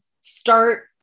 start